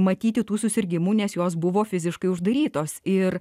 matyti tų susirgimų nes jos buvo fiziškai uždarytos ir